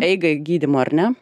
eigai gydymo ar ne